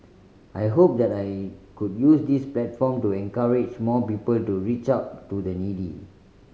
I hope that I could use this platform to encourage more people to reach out to the needy